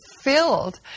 filled